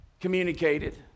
communicated